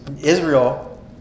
Israel